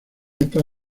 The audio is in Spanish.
estas